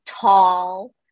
tall